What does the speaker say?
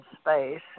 space